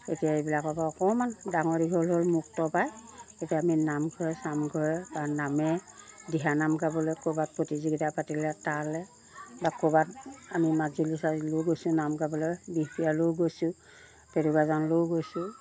এতিয়া এইবিলাকৰপৰা অকমান ডাঙৰ দীঘল হ'ল মুক্ত পায় এতিয়া আমি নামঘৰে চামঘৰে বা নামে দিহা নাম গাবলৈ ক'ৰবাত প্ৰতিযোগিতা পাতিলে তালৈ বা ক'ৰবাত আমি মাজুলী চাজুলীও গৈছোঁ নাম গাবলৈ বিহপুৰিয়ালৈয়ো গৈছোঁ গেৰুকাজানলৈয়ো গৈছোঁ